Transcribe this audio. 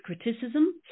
criticism